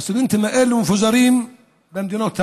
הסטודנטים האלה מפוזרים במדינות העולם.